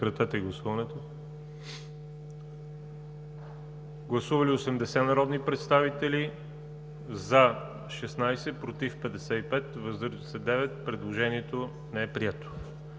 Гласували 80 народни представители: за 16, против 55, въздържали се 9. Предложението не е прието.